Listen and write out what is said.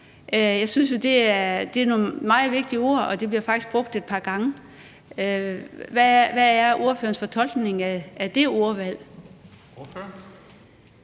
Jeg synes jo, at det er nogle meget vigtige ord, og de bliver faktisk brugt et par gange. Hvad er ordførerens fortolkning af det ordvalg?